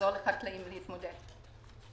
לעזור לחקלאים להתמודד.